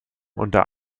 unter